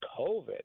COVID